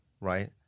right